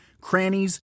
crannies